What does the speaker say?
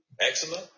eczema